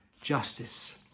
justice